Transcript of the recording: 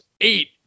eight